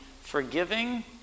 forgiving